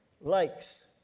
likes